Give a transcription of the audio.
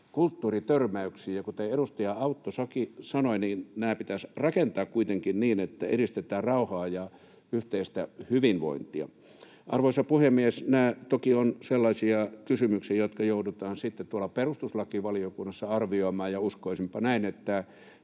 kulttuuritörmäyksiin. Kuten edustaja Autto sanoi, nämä pitäisi rakentaa kuitenkin niin, että edistetään rauhaa ja yhteistä hyvinvointia. Arvoisa puhemies! Nämä toki ovat sellaisia kysymyksiä, joita joudutaan sitten tuolla perustuslakivaliokunnassa arvioimaan, ja uskoisinpa näin, että